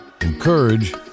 encourage